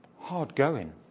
hard-going